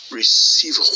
receive